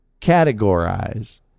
categorize